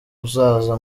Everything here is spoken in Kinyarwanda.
uzaza